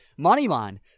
Moneyline